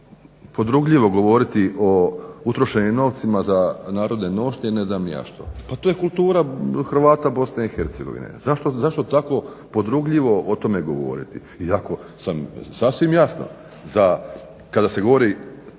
podrugljivo govoriti o utrošenim novcima za narodne nošnje, ne znam ni ja što. Pa to je kultura Hrvata Bosne i Hercegovine. Zašto tako podrugljivo o tome govoriti? I ako sam sasvim jasno za, kada se govori,